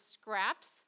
scraps